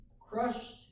crushed